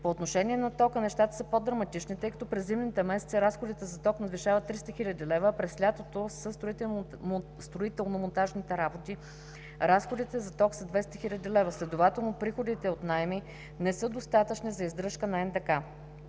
По отношение на тока нещата са по-драматични, тъй като през зимните месеци разходите за ток надвишават 300 хил. лв., а през лятото със строително-монтажните работи разходите за ток са 200 хил. лв. – следователно приходите от наеми не са достатъчни за издръжката на НДК.